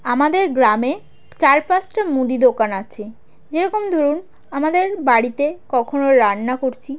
আমাদের গ্রামে চার পাঁচটা মুদি দোকান আছে যেরকম ধরুন আমাদের বাড়িতে কখনও রান্না করছি